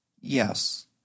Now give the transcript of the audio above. Yes